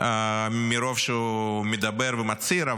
מרוב שהוא מדבר ומצהיר,